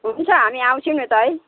हुन्छ हामी आउँछु नि त है